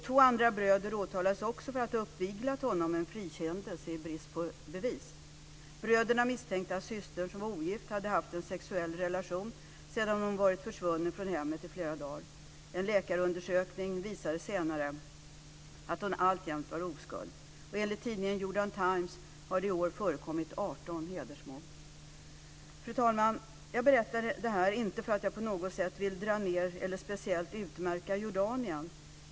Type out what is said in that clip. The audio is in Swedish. Två andra bröder åtalades också för ha uppviglat honom men frikändes i brist på bevis. Bröderna misstänkte att systern, som var ogift, hade haft sexuell relation sedan hon varit försvunnen från hemmet i flera dagar. En läkarundersökning visade senare att hon alltjämt var oskuld. Enligt tidningen Jordan Times har det i år förekommit 18 hedersmord. Fru talman! Jag berättar inte detta för att jag på något sätt vill dra ned eller speciellt utmärka Jordanien.